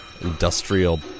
industrial